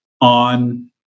on